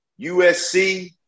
USC